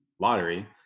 lottery